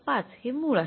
५ हे मूळ आहे